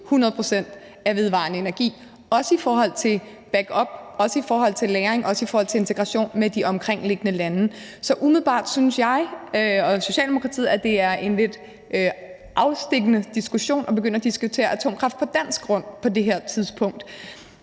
i forhold til lagring og også i forhold til integration med de omkringliggende lande. Så umiddelbart synes jeg og Socialdemokratiet, at det er en lidt afstikkende diskussion at begynde at diskutere atomkraft på dansk grund på det her tidspunkt.